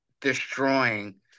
destroying